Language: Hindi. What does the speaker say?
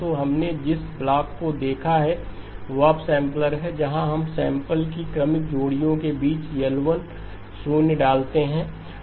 तो हमने जिस ब्लॉक को देखा है वह अपर्सैंपलर है जहाँ हम सैंपल की क्रमिक जोड़ियों के बीच L 1 शून्य डालते हैं